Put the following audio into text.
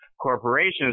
Corporations